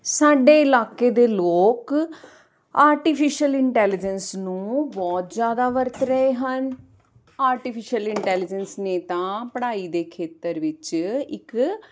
ਸਾਡੇ ਇਲਾਕੇ ਦੇ ਲੋਕ ਆਰਟੀਫਿਸ਼ਅਲ ਇੰਟੈਲੀਜੇਂਸ ਨੂੰ ਬਹੁਤ ਜ਼ਿਆਦਾ ਵਰਤ ਰਹੇ ਹਨ ਆਰਟੀਫਿਸ਼ਅਲ ਇੰਟੈਲੀਜਸ ਨੇ ਤਾਂ ਪੜ੍ਹਾਈ ਦੇ ਖੇਤਰ ਵਿੱਚ ਇੱਕ